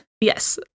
Yes